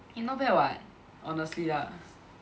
eh not bad [what] honestly lah